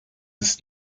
ist